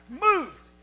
move